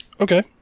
Okay